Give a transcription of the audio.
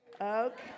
okay